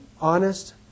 honest